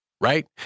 right